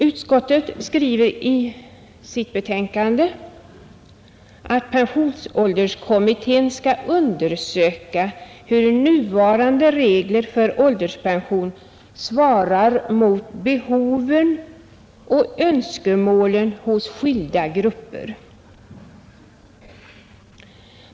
Utskottet skriver i sitt betänkande att pensionsålderskommittén skall ”undersöka hur nuvarande regler för ålderspension svarar mot behoven och önskemålen hos skilda grupper”.